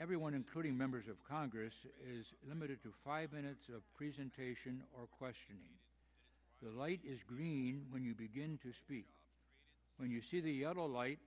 everyone including members of congress is limited to five minutes of a presentation or a question in the light is green when you begin to speak when you see the auto light